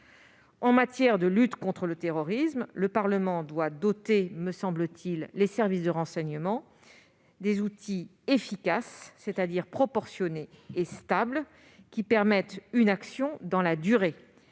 En matière de lutte contre le terrorisme, le Parlement doit doter les services de renseignement des outils efficaces, c'est-à-dire proportionnés et stables, qui permettent une action dans la durée.